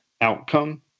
outcome